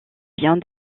biens